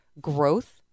growth